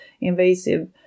invasive